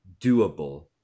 doable